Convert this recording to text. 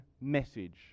message